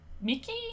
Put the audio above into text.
Mickey